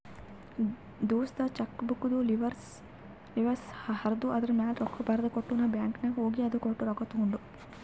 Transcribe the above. ದೋಸ್ತ ಚೆಕ್ಬುಕ್ದು ಲಿವಸ್ ಹರ್ದು ಅದೂರ್ಮ್ಯಾಲ ರೊಕ್ಕಾ ಬರ್ದಕೊಟ್ಟ ನಾ ಬ್ಯಾಂಕ್ ನಾಗ್ ಹೋಗಿ ಅದು ಕೊಟ್ಟು ರೊಕ್ಕಾ ತೊಂಡು